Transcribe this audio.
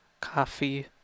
coffee